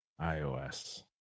iOS